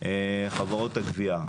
חברות הגבייה.